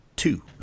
two